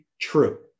True